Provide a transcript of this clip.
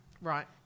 Right